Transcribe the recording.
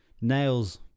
nails